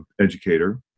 educator